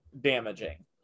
damaging